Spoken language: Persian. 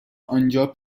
آنجا